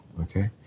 Okay